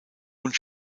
und